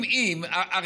אם, אם, אם.